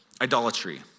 Idolatry